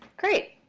great.